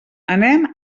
anem